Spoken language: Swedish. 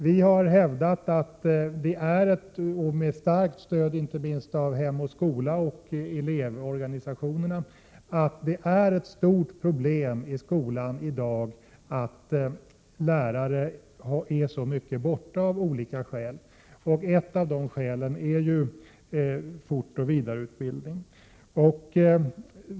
Vi har hävdat, med starkt stöd inte minst från Hem och Skola och elevorganisationerna, att det är ett stort problem i skolan i dag att lärarna så ofta är frånvarande från sitt arbete av olika skäl. Ett av dessa skäl är fortbildning och vidareutbildning.